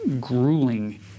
grueling